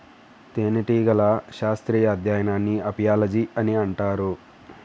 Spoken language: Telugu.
తేనెటీగల శాస్త్రీయ అధ్యయనాన్ని అపియాలజీ అని అంటారు